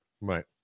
Right